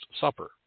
Supper